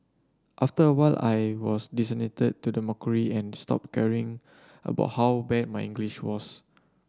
after a while I was to the mockery and stopped caring about how bad my English was